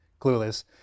clueless